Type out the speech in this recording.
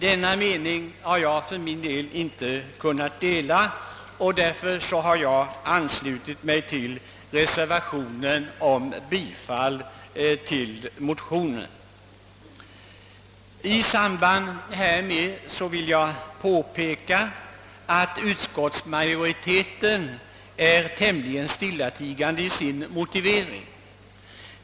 Denna mening har jag för min del inte kunnat dela, och därför har jag anslutit mig till reservationen om bifall till motionen. Utskottsmajoritetens motivering är tämligen intetsägande.